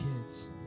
Kids